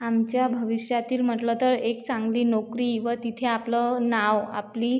आमच्या भविष्यातील म्हटलं तर एक चांगली नोकरी व तिथे आपलं नाव आपली